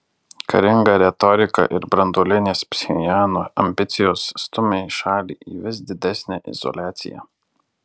karinga retorika ir branduolinės pchenjano ambicijos stumia šalį į vis didesnę izoliaciją